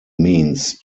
means